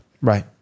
Right